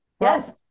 Yes